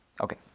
Okay